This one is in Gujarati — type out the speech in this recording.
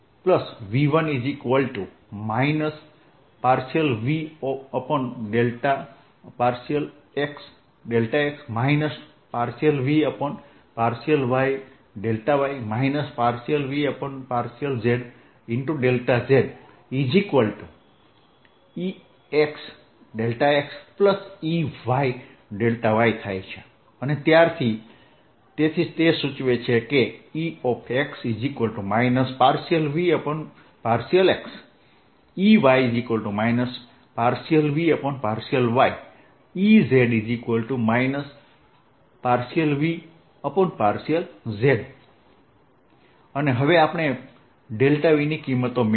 આ રીતે V2V1 VxxyyzzV1 ∂V∂xx ∂V∂yy ∂V∂zzExxEyyEzz અને ત્યારથી તેથી તે સૂચવે છે કે Ex ∂V∂x Ey ∂V∂y Ez ∂V∂z અને હવે આપણે Vની કિંમતો મેળવવીએ